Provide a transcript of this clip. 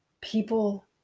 people